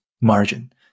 margin